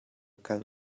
kal